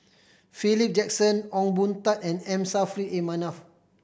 Philip Jackson Ong Boon Tat and M Saffri A Manaf